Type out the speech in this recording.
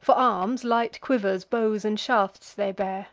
for arms, light quivers, bows and shafts, they bear.